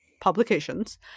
publications